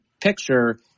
picture